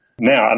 Now